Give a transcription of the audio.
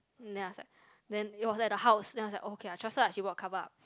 then I was like then it was at the house then I was okay I trust her ah she'll cover up